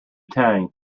tang